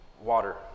water